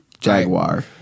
Jaguar